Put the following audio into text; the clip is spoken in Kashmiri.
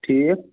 ٹھیٖک